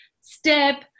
step